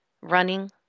Running